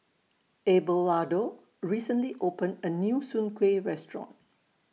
Abelardo recently opened A New Soon Kueh Restaurant